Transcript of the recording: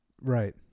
right